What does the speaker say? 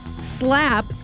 slap